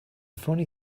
funny